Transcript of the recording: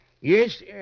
yes